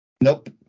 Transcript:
Nope